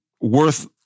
worth